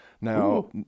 Now